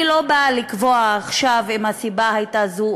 אני לא באה לקבוע עכשיו אם הסיבה הייתה זו